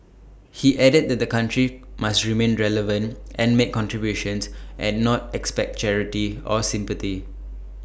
he added that the country must remain relevant and make contributions and not expect charity or sympathy